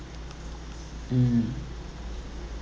mm